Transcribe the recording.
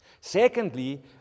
Secondly